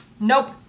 nope